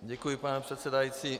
Děkuji, pane předsedající.